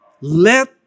Let